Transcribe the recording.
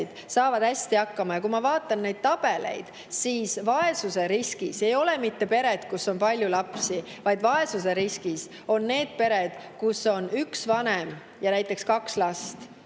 saab hästi hakkama ja kui ma vaatan neid tabeleid, siis [näen, et] vaesusriskis ei ole mitte pered, kus on palju lapsi, vaid vaesusriskis on pered, kus on üks vanem ja näiteks kaks last